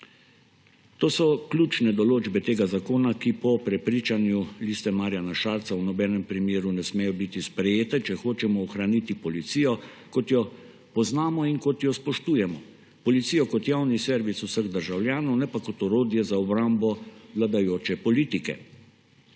To so ključne določbe tega zakona, ki po prepričanju Liste Marjana Šarca v nobenem primeru ne smejo biti sprejete, če hočemo ohraniti policijo, kot jo poznamo in kot jo spoštujemo, policijo kot javni servis vseh državljanov, ne pa kot orodje za obrambo vladajoče politike.